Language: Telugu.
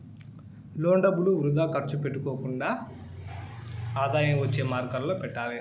లోన్ డబ్బులు వృథా ఖర్చు పెట్టకుండా ఆదాయం వచ్చే మార్గాలలో పెట్టాలి